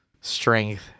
strength